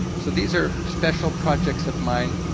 so these are special projects of mine.